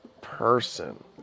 person